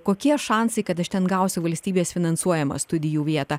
kokie šansai kad aš ten gausiu valstybės finansuojamą studijų vietą